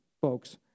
Folks